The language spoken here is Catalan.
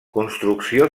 construcció